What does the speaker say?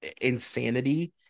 insanity